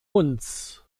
uns